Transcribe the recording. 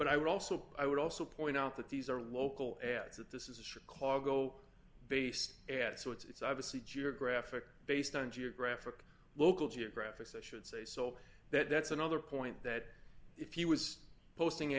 would also i would also point out that these are local ads that this is a chicago based ad so it's obviously geographic based on geographic local geographic so i should say so that's another point that if he was posting